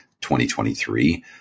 2023